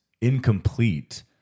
incomplete